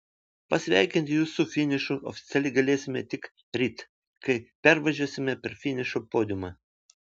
pasveikinti jus su finišu oficialiai galėsime tik ryt kai pervažiuosime per finišo podiumą